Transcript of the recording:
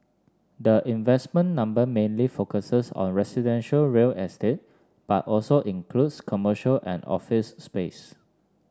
the investment number mainly focuses on residential real estate but also includes commercial and office space